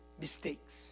mistakes